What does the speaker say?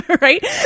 right